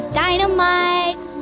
dynamite